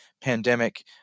pandemic